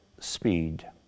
speed